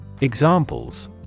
Examples